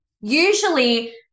usually